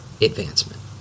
advancement